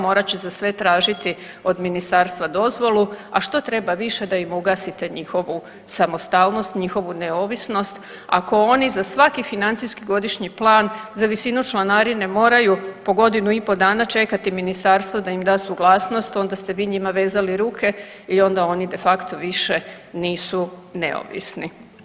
Morat će se sve tražiti od ministarstva dozvolu, a što treba više da im ugasite njihovu samostalnost, njihovu neovisnost, ako oni za svaki financijski godišnji plan, za visinu članarine moraju po godinu i pol dana čekati ministarstvo da im da suglasnost onda ste vi njima vezali ruke i onda oni de facto više nisu neovisni.